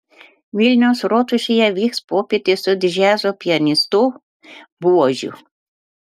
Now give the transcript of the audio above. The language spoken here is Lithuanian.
vilniaus rotušėje vyks popietė su džiazo pianistu buožiu